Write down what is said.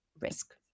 risk